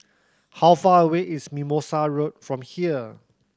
how far away is Mimosa Road from here